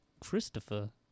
Christopher